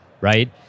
right